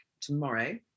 tomorrow